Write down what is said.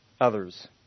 Others